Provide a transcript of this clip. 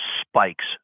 spikes